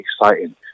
exciting